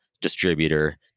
distributor